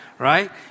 Right